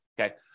okay